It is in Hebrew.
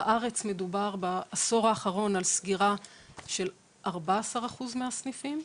בארץ מדובר רק בעשור האחרון בסגירה של 14% מהסניפים,